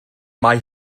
mae